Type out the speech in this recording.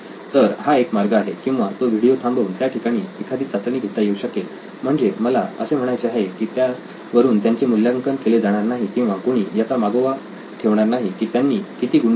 तर हा एक मार्ग आहे किंवा तो व्हिडिओ थांबवून त्या ठिकाणी एखादी चाचणी घेता येऊ शकेल म्हणजे मला असे म्हणायचे आहे की त्यावरून त्यांचे मूल्यांकन केले जाणार नाही किंवा कुणी याचा मागोवा ठेवणार नाही की त्यांनी किती गुण मिळवले